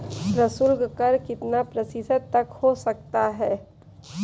प्रशुल्क कर कितना प्रतिशत तक हो सकता है?